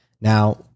Now